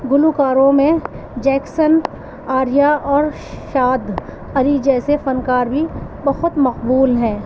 گلوکاروں میں جیکشن آریہ اور شاد اری جیسے فنکار بھی بہت مقبول ہیں